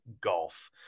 golf